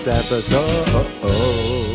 episode